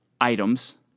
items